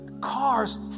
cars